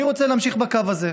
אני רוצה להמשיך בקו הזה,